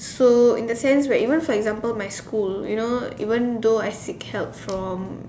so in the sense where even for example my school you know even though I seek help from